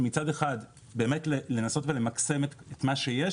כשמצד אחד באמת לנסות ולמקסם את מה שיש,